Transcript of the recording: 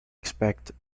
expected